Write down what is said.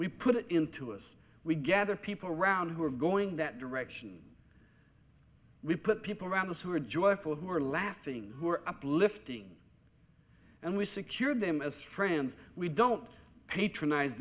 we put it into us we gather people around who are going that direction we put people around us who are joyful who are laughing who are uplifting and we secured them as friends we don't patroni